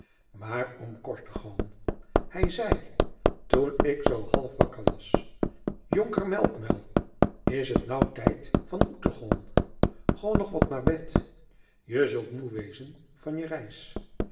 maar om kort te goân hê zei ik toen ik zoo half wakker was jonker melkmuil is het nou tijd van oettegoân goâ nog wat noâr je bed je zult moe wezen van je reis